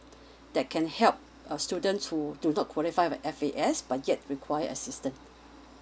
that can help uh students who do not qualified the F A S but yet require assistance